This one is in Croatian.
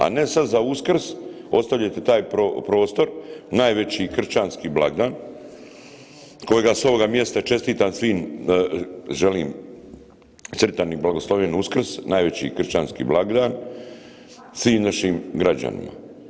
A ne sad za Uskrs ostavljate taj prostor, najveći kršćanski blagdan kojega s ovoga mjesta čestitam svim želim sretan i blagoslovljen Uskrs, najveći kršćanski blagdan svim našim građanima.